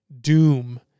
doom